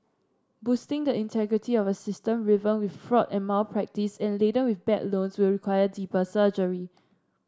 boosting the integrity of a system riven with fraud and malpractice and laden with bad loans will require deeper surgery